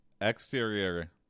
Exterior